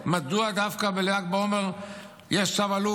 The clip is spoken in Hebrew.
ומדוע דווקא בל"ג בעומר יש צו אלוף?